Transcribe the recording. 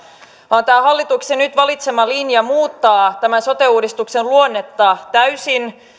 vaan tämä hallituksen nyt valitsema linja muuttaa sote uudistuksen luonnetta täysin